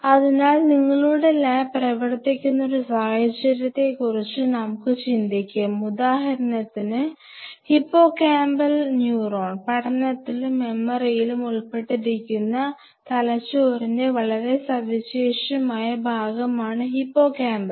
അതിനാൽ നിങ്ങളുടെ ലാബ് പ്രവർത്തിക്കുന്ന ഒരു സാഹചര്യത്തെക്കുറിച്ച് നമുക്ക് ചിന്തിക്കാം ഉദാഹരണത്തിന് ഹിപ്പോകാമ്പൽ ന്യൂറോൺ പഠനത്തിലും മെമ്മറിയിലും ഉൾപ്പെട്ടിരിക്കുന്ന തലച്ചോറിന്റെ വളരെ സവിശേഷമായ ഭാഗമാണ് ഹിപ്പോകാമ്പസ്